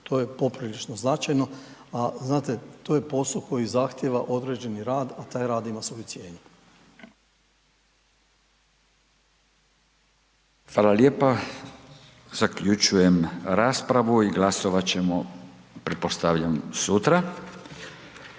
To je poprilično značajno. A znate to je posao koji zahtjeva određeni rad a taj rad ima svoju cijenu. **Radin, Furio (Nezavisni)** Hvala lijepa. Zaključujem raspravu i glasovati ćemo pretpostavljam sutra.